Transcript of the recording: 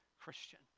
Christian